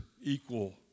equal